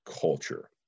culture